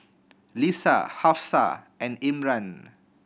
Lisa Hafsa and Imran